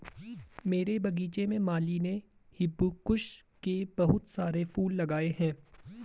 मेरे बगीचे में माली ने हिबिस्कुस के बहुत सारे फूल लगाए हैं